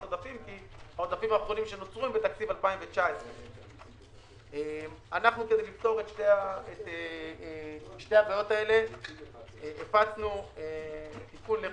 עודפים כי העודפים האחרונים שנוצרו הם בתקציב 2019. כדי לפתור את שתי הבעיות האלה הפצנו תיקון לחוק-יסוד: